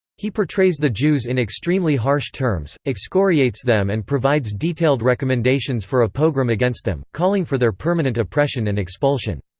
he portrays the jews in extremely harsh terms, excoriates them and provides detailed recommendations for a pogrom against them, calling for their permanent oppression and expulsion.